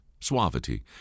suavity